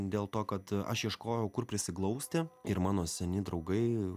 dėl to kad aš ieškojau kur prisiglausti ir mano seni draugai